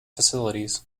facilities